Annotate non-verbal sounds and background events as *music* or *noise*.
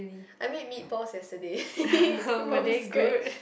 I made meatballs yesterday *laughs* from scratch